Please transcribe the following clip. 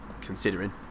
considering